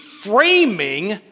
Framing